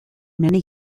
many